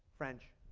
french,